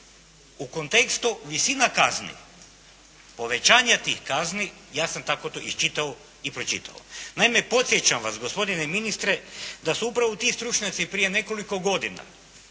U kontekstu visina kazni, povećanja tih kazni ja sam tako to iščitao i pročitao. Naime, podsjećam vas gospodine ministre da su upravo ti stručnjaci prije nekoliko godina